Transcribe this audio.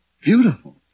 beautiful